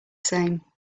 same